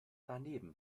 daneben